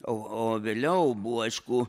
o o vėliau buvo aišku